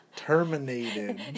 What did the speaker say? terminated